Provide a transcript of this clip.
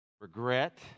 regret